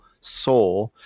saw